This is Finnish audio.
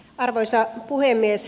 arvoisa puhemies